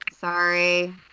sorry